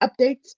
updates